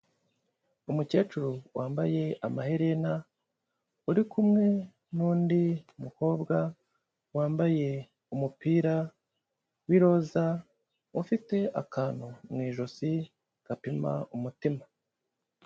Umukecuru wambaye amaherena uri kumwe n'undi mukobwa wambaye umupira w'iroza ufite akantu mu ijosi gapima umutima.